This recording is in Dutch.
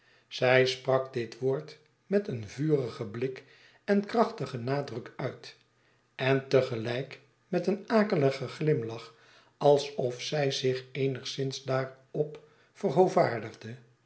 zij sprak dit woord met een vurigen blik en krachtigen nadruk uit en te gelijk met een akeligen glimlach alsof zij zich eenigszins daarop